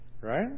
right